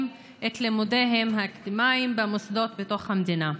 את לימודיהם האקדמיים במוסדות בתוך המדינה.